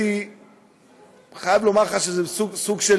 אני חייב לומר לך שזה סוג של